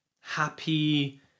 happy